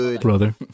brother